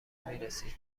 میرسید